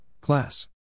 class